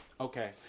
Okay